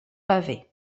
pavé